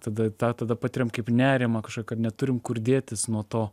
tada tą tada patiriam kaip nerimą kažkokį kad neturim kur dėtis nuo to